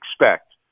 expect